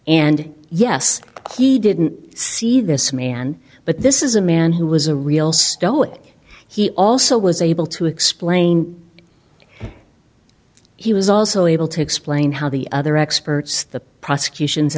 and yes he didn't see this man but this is a man who was a real stoic he also was able to explain he was also able to explain how the other experts the prosecution